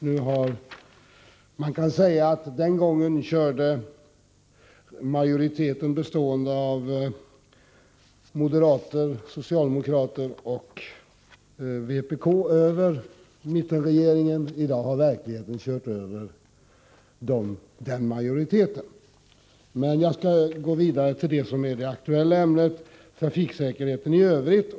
Jag vill uttrycka mig på följande sätt: Den gången körde en majoritet bestående av moderater, socialdemokrater och vpk:are över mittenregeringen. Men i dag har verkligheten kört över den majoriteten. Sedan något om det aktuella ämnet, nämligen trafiksäkerheten i övrigt.